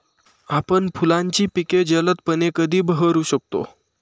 आपण फुलांची पिके जलदपणे कधी बहरू शकतो?